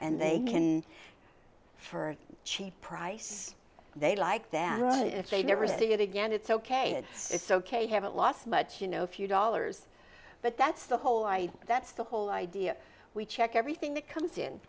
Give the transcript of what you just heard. and they can for cheap price they like their own if they never see it again it's ok it's ok have it lost but you know a few dollars but that's the whole idea that's the whole idea we check everything that comes in